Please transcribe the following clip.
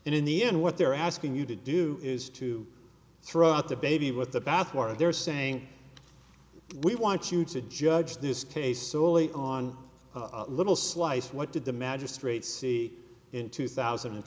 and in the end what they're asking you to do is to throw out the baby with the bathwater they're saying we want you to judge this case solely on a little slice what did the magistrate see in two thousand and